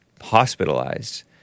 hospitalized